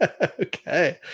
Okay